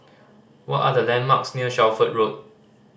what are the landmarks near Shelford Road